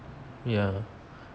ya